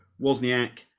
Wozniak